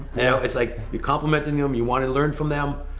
it's like you're complimenting them, you wanna learn from them.